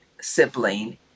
sibling